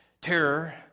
terror